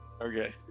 okay